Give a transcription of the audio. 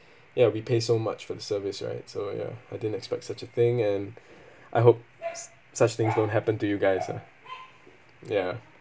ya we pay so much for the service right so ya I didn't expect such a thing and I hope s~ such things don't happen to you guys lah ya